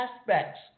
aspects